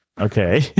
Okay